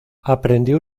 aprendió